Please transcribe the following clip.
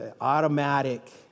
Automatic